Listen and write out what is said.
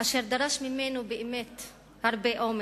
אשר דרש ממנו באמת הרבה אומץ,